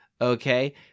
okay